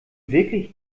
wirklich